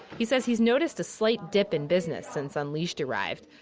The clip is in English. he says he's noticed a slight dip in business since unleashed arrived,